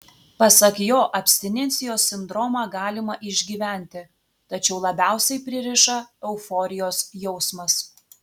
pasak jo abstinencijos sindromą galima išgyventi tačiau labiausiai pririša euforijos jausmas